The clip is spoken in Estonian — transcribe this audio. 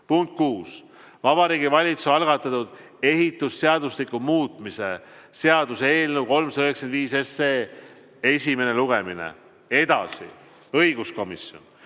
Punkt kuus, Vabariigi Valitsuse algatatud ehitusseadustiku muutmise seaduse eelnõu 395 esimene lugemine. Edasi, õiguskomisjon